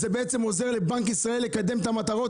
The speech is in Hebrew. זה בעצם עוזר לבנק ישראל לקדם את המטרות,